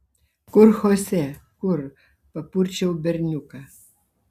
kur chose kur papurčiau berniuką